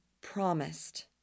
promised